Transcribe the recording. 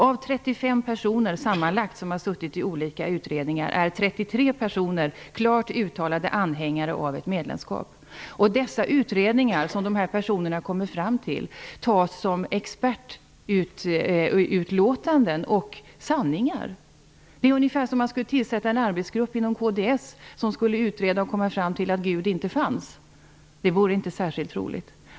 Av 35 personer sammanlagt som har suttit i olika utredningar är 33 personer klart uttalade anhängare av ett medlemskap. De utredningsresultat som de här personerna kommer fram till tas som expertutlåtanden och sanningar. Det är ungefär som om man skulle tillsätta en arbetsgrupp inom kds som skulle utreda och komma fram till att Gud inte fanns. Det vore inte särskilt trovärdigt.